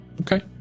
Okay